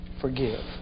Forgive